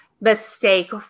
mistake